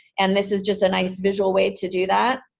and this is just a nice visual way to do that,